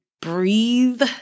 breathe